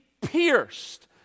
pierced